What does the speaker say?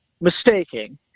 mistaking